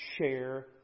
share